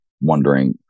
wondering